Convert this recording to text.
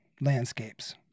landscapes